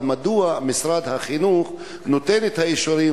אבל מדוע משרד החינוך נותן את האישורים